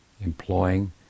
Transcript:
employing